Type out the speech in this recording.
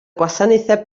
gwasanaethau